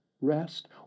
rest